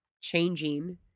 changing